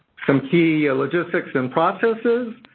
some key logistics and processes.